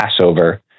Passover